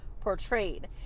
portrayed